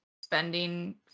spending